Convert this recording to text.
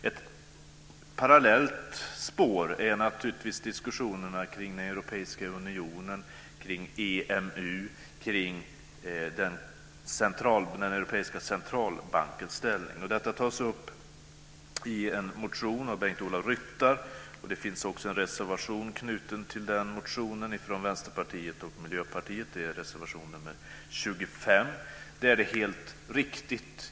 Ett parallellt spår är naturligtvis diskussionerna kring den europeiska unionen, EMU och Europeiska centralbankens ställning. Detta tas upp i en motion av Bengt-Ola Ryttar. Reservation 16, under punkt 25, från Vänsterpartiet och Miljöpartiet är knuten till den motionen.